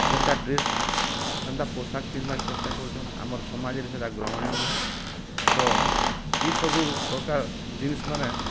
ସେନ୍ତା ଡ୍ରେସ ସେନ୍ତା ପୋଷାକ ପିନ୍ଧିବାକେ ଚେଷ୍ଟା କରୁଛନ୍ ଆମର୍ ସମାଜରେ ସେଟା ଗ୍ରହଣୀୟ ନୁହେଁ ତ ଏ ସବୁ ପ୍ରକାର୍ ଜିନିଷ୍ ମାନେ